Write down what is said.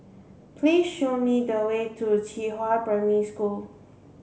please show me the way to Qihua Primary School